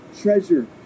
treasure